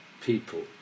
people